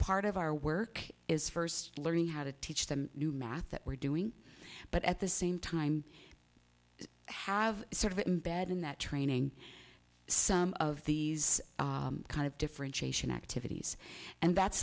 part of our work is first learning how to teach them new math that we're doing but at the same time have sort of embed in that training some of these kind of differentiation activities and that's